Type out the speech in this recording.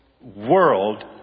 world